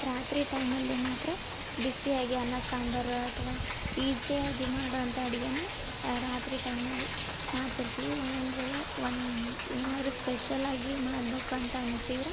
ರಾತ್ರಿ ಟೈಮಲ್ಲಿ ಮಾತ್ರ ಬಿಸಿಯಾಗಿ ಅನ್ನ ಸಾಂಬಾರು ಅಥವಾ ಈಸಿಯಾಗಿ ಮಾಡೋಂಥ ಅಡಿಗೆನ ರಾತ್ರಿ ಟೈಮಲ್ಲಿ ಮಾಡ್ತಿರ್ತೀವಿ ಒನೊಂದ್ವೇಲೆ ಒಂದು ಏನಾದರೂ ಸ್ಪೆಷಲಾಗಿ ಮಾಡಬೇಕು ಅಂತ ಅನ್ಸಿದ್ರ